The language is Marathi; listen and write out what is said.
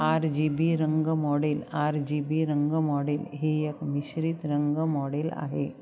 आर जी बी रंग मॉडेल आर जी बी रंग मॉडेल ही एक मिश्रित रंग मॉडेल आहे